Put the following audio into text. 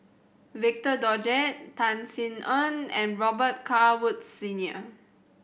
Victor Doggett Tan Sin Aun and Robet Carr Woods Senior